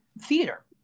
theater